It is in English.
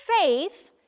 faith